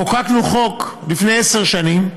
חוקקנו חוק לפני עשר שנים,